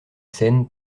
scène